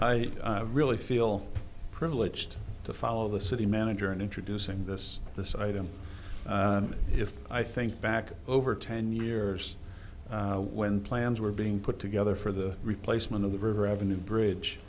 tonight i really feel privileged to follow the city manager in introducing this this item if i think back over ten years when plans were being put together for the replacement of the river avenue bridge